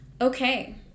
okay